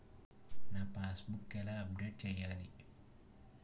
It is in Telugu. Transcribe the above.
నా పాస్ బుక్ ఎలా అప్డేట్ చేయాలి?